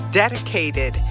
dedicated